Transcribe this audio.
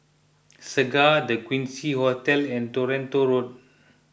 Segar the Quincy Hotel and Toronto Road